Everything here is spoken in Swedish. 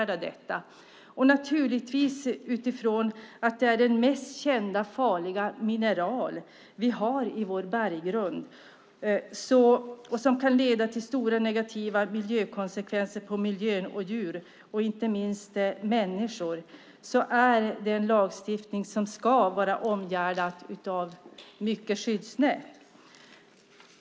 Det är den mest kända farliga mineral vi har i vår berggrund, och den kan ge stora negativa konsekvenser för miljö, djur och människor. Därför behövs det mycket skyddsnät.